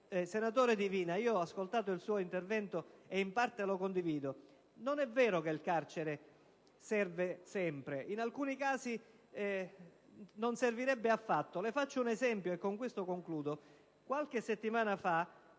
Senatore Divina, ho ascoltato il suo intervento, e in parte lo condivido. Non è vero però che il carcere serva sempre: in alcuni casi non servirebbe affatto. Le faccio un esempio, e con questo concludo. Qualche settimana fa,